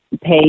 pay